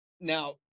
Now